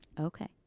Okay